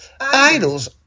idols